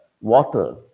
water